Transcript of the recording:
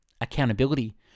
Accountability